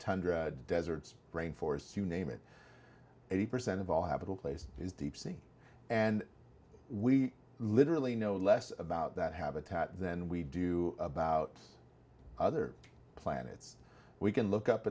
tundra deserts brain for sue name it eighty percent of all have a place is deep sea and we literally know less about that habitat than we do about other planets we can look up